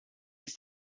ist